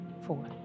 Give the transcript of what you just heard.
Four